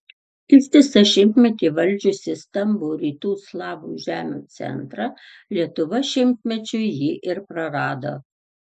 ištisą šimtmetį valdžiusi stambų rytų slavų žemių centrą lietuva šimtmečiui jį ir prarado